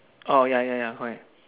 orh ya ya ya correct